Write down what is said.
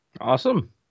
awesome